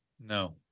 No